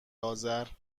آذر